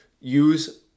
use